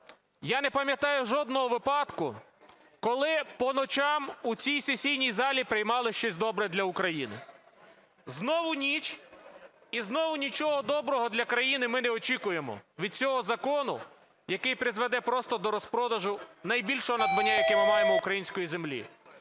Я не пам'ятаю жодного випадку, коли по ночах у цій сесійній залі приймалось щось добре для України. Знову ніч і знову нічого доброго для країни ми не очікуємо від цього закону, який призведе просто до розпродажу найбільшого надбання, яке ми маємо – української землі.